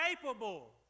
capable